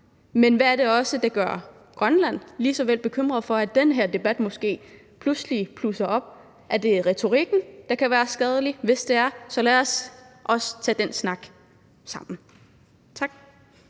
Og hvad er det også, der gør Grønland lige så bekymret for, at den her debat måske pludselig blusser op? Er det retorikken, der kan være skadelig? Hvis det er, så lad os også tage den snak sammen. Tak.